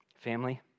Family